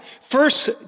first